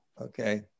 Okay